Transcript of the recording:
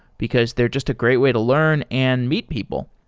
because they're just a great way to learn and meet people.